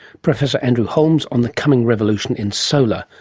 professor andrew holmes on the coming revolution in solar,